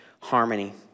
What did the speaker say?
harmony